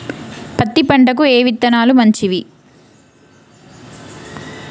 పత్తి పంటకి ఏ విత్తనాలు మంచివి?